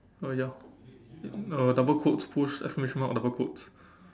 uh ya uh double quotes push exclamation mark double quotes